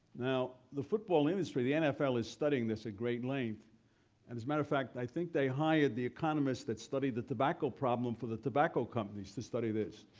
now, the football industry, the nfl, is studying this at great length and as a matter of fact i think they hired the economists that studied the tobacco problem for the tobacco companies to study this.